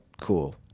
cool